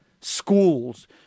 schools